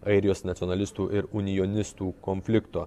airijos nacionalistų ir unijonistu konflikto